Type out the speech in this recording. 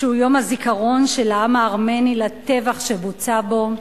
שהוא יום הזיכרון של העם הארמני לטבח שבוצע בו,